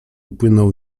upłynął